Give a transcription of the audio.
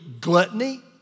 gluttony